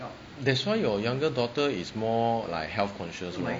that's why you're younger daughter is more like health conscious lor